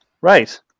right